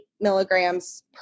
milligrams